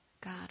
God